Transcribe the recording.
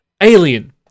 Alien